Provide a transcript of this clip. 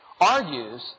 argues